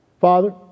Father